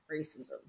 racism